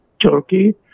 Turkey